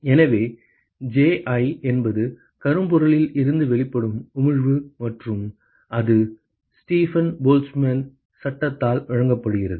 எனவே Ji என்பது கரும்பொருளில் இருந்து வெளிப்படும் உமிழ்வு மற்றும் அது ஸ்டீபன் போல்ட்ஸ்மேன் சட்டத்தால் வழங்கப்படுகிறது